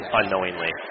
unknowingly